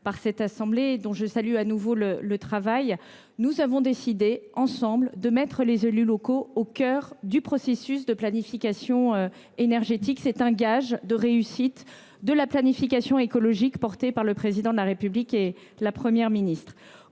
des énergies renouvelables, nous avons décidé, ensemble, de mettre les élus locaux au cœur du processus de planification énergétique. C’est un gage de réussite de la planification écologique voulue par le Président de la République et par la Première ministre.